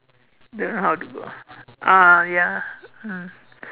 don't know how to go ah ah ya mm